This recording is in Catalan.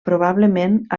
probablement